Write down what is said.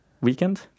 weekend